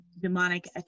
demonic